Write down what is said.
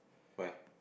where